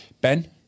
Ben